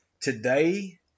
Today